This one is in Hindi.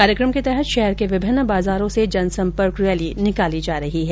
कार्यक्रम के तहत शहर के विभिन्न बाजारों से जनसंपर्क रैली निकाली जा रही है